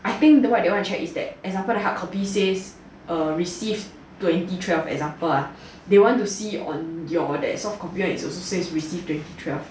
I think what they want to check is that example the hardcopy says err received twenty twelve example ah they want to see on your that soft copy one is also say received twenty twelve